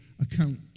account